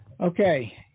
okay